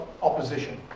Opposition